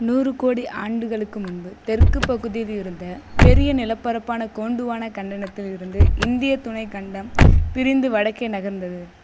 நூறு கோடி ஆண்டுகளுக்கு முன்பு தெற்கு பகுதியில் இருந்த பெரிய நிலப்பரப்பான கோண்டுவானா கண்டத்தில் இருந்து இந்தியத் துணை கண்டம் பிரிந்து வடக்கே நகர்ந்தது